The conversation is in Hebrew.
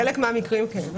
בחלק מהמקרים, כן.